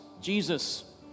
Jesus